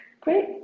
Great